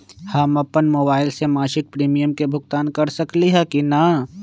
हम अपन मोबाइल से मासिक प्रीमियम के भुगतान कर सकली ह की न?